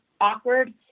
awkward